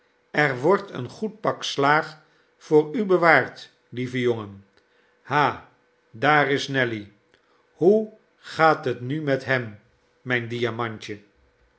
er wordt een goed pak slaag voor u bewaard lieve jongen ah daar is nelly hoe gaat het nu met hem mijn diamantje